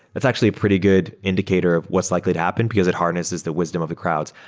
that's actually a pretty good indicator of what's likely to happen, because it harnesses the wisdom of the crowds.